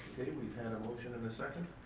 we've had a motion and a second.